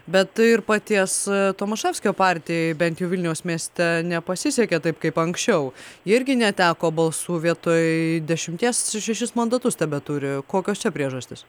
bet paties tomaševskio partijai bent jau vilniaus mieste nepasisekė taip kaip anksčiau irgi neteko balsų vietoj dešimties šešis mandatus tebeturi kokios čia priežastys